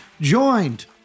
Joined